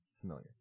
familiar